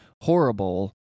horrible